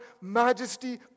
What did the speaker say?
majesty